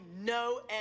no